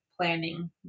planning